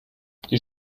die